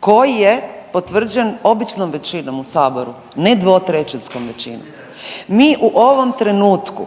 koji je potvrđen običnom većinom u saboru ne dvotećinskom većinom. Mi u ovom trenutku